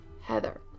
Heather